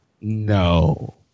No